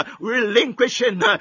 Relinquishing